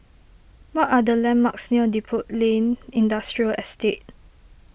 what are the landmarks near Depot Lane Industrial Estate